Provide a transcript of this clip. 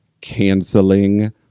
canceling